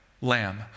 lamb